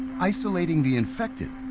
isolating the infected,